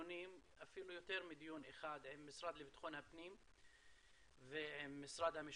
אפילו יותר מדיון אחד עם המשרד לבטחון הפנים ועם משרד המשפטים.